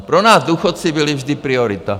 Pro nás důchodci byli vždy priorita.